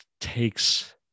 takes